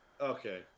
Okay